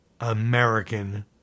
American